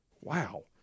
Wow